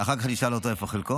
--- אחר כך אני אשאל אותו איפה חלקו.